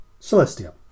Celestia